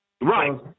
right